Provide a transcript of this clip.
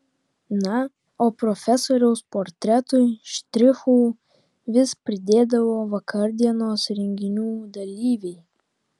na o profesoriaus portretui štrichų vis pridėdavo vakardienos renginių dalyviai